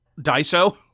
Daiso